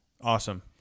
Awesome